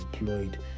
employed